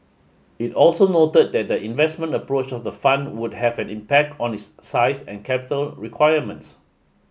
it also noted that the investment approach of the fund would have an impact on its size and capital requirements